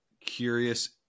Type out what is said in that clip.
curious